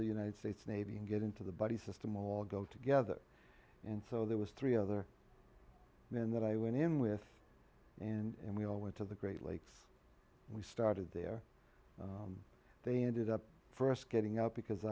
the united states navy and get into the buddy system all go together and so there was three other men that i went in with and we all went to the great lakes we started there and they ended up st getting up because